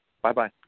Bye-bye